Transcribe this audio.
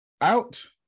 out